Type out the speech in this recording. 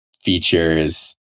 features